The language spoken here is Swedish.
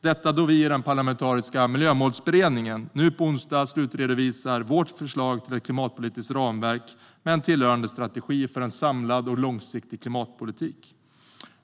Detta då vi i den parlamentariska miljömålsberedningen nu på onsdag slutredovisar vårt förslag till ett klimatpolitiskt ramverk med en tillhörande strategi för en samlad och långsiktig klimatpolitik.